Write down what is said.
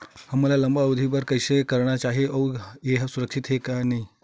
हमन ला लंबा अवधि के बर कइसे करना चाही अउ ये हा सुरक्षित हे के नई हे?